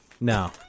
No